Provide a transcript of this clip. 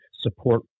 support